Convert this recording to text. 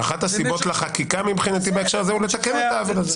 ואחת הסיבות לחקיקה מבחינתי בהקשר הזה היא לתקן את העוול הזה.